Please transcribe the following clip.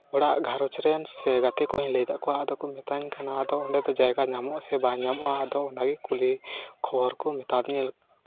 ᱚᱲᱟᱜ ᱜᱷᱟᱨᱚᱸᱡᱽ ᱨᱮᱱ ᱥᱮ ᱜᱟᱛᱮ ᱠᱚᱦᱚᱧ ᱞᱟᱹᱭ ᱟᱠᱟᱫ ᱠᱚᱣᱟ ᱟᱫᱚ ᱠᱚ ᱢᱤᱛᱟᱹᱧ ᱠᱟᱱᱟ ᱟᱫᱚ ᱚᱸᱰᱮ ᱫᱚ ᱡᱟᱭᱜᱟ ᱧᱟᱢᱚᱜᱼᱟ ᱥᱮ ᱵᱟᱝ ᱧᱟᱢᱚᱜᱼᱟ ᱟᱫᱚ ᱚᱱᱟᱜᱮ ᱠᱩᱞᱤ ᱠᱷᱚᱵᱚᱨ ᱠᱚ ᱢᱮᱛᱟᱫᱤᱧᱟᱹ